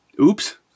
oops